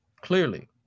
Clearly